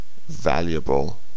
valuable